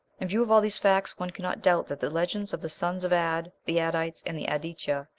in view of all these facts, one cannot doubt that the legends of the sons of ad, the adites, and the aditya,